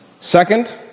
Second